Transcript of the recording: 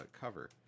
cover